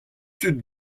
tud